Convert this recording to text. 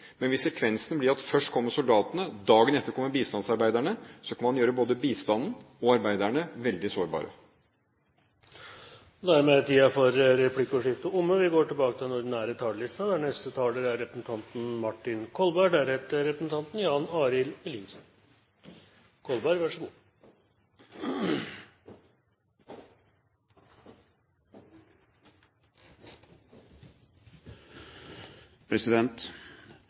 Men hvis sekvensen blir at først kommer soldatene, dagen etter kommer bistandsarbeiderne, kan man gjøre både bistanden og arbeiderne veldig sårbare. Replikkordskiftet er omme. Også jeg, i likhet med mange andre, vil takke utenriksministeren for